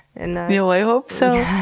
and you know i hope so.